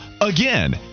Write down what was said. again